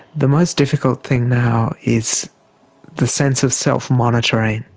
the most difficult thing now is the sense of self-monitoring,